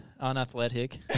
unathletic